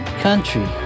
Country